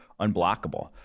unblockable